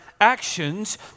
actions